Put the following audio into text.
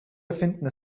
erfinden